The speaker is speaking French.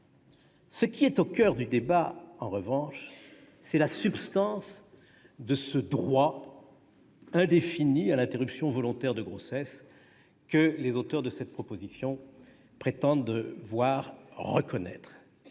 Ce qui est au coeur du débat, en revanche, c'est la substance de ce droit indéfini à l'interruption volontaire de grossesse que les auteurs de cette proposition de loi prétendent vouloir reconnaître.